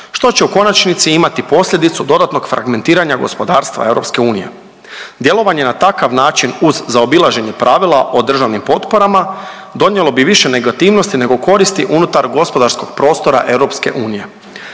što će u konačnici imati posljedicu dodatnog fragmentiranja gospodarstva EU. Djelovanje na takav način uz zaobilaženje pravila o državnim potporama donijelo bi više negativnosti nego koristi unutar gospodarskog prostora EU.